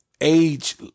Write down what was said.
age